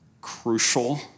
crucial